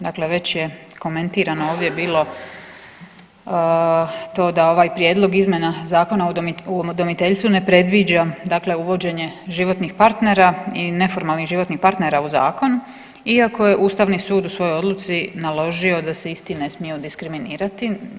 Dakle, već je komentirano ovdje bilo to da ovaj Prijedlog izmjena Zakona o udomiteljstvu ne predviđa, dakle uvođenje životnih partnera i neformalnih životnih partnera u zakon iako je Ustavni sud u svojoj odluci naložio da se isti ne smiju diskriminirati.